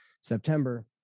September